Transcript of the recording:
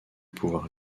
pouvoir